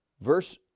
verse